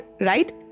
right